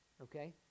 Okay